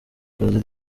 kazi